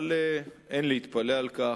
אבל אין להתפלא על כך.